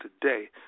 today